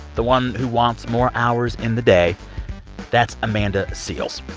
the one who wants more hours in the day that's amanda seales.